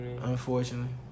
unfortunately